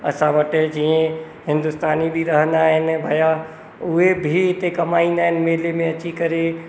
असां वटि जीअं हिंदुस्तानी बि रहंदा आहिनि भया उहे बि हिते कमाईंदा आहिनि मेले में अची करे